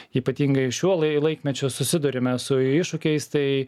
ypatingai šiuo laikmečiu susidurime su iššūkiais tai